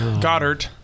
Goddard